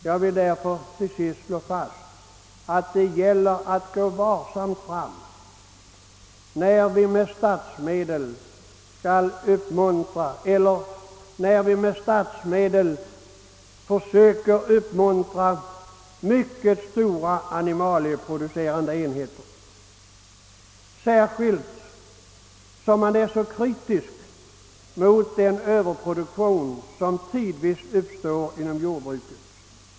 Jag vill därför till sist slå fast att det gäller att gå varsamt fram när vi med statsmedel försöker uppmuntra mycket stora animalieproducerande enheter, särskilt som man är så kritisk mot den överproduktion som tidvis uppstår inom jordbruket.